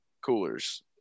Coolers